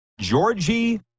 georgie